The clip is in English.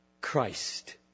Christ